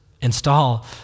install